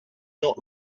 not